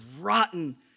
rotten